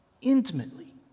intimately